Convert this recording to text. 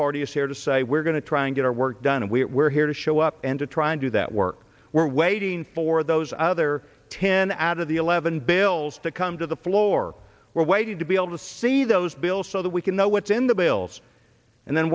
party is here to say we're going to try and get our work done and we're here to show up and to try and do that work we're waiting for those other ten out of the eleven bills to come to the floor we're waiting to be able to see those bills so that we can know what's in the bills and then